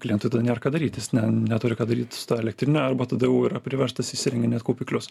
klientui tada nėr ką daryti jis ne neturi ką daryt su ta elektrine arba tada jau yra priverstas įsirenginėt kaupiklius